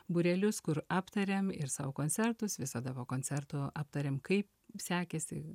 būrelius kur aptariam ir savo koncertus visada po koncertų aptariam kaip sekėsi